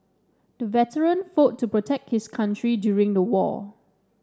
the veteran fought to protect his country during the war